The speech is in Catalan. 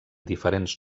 diferents